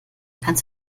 kannst